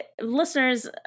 listeners